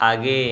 आगे